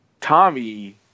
Tommy